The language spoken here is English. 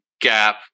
gap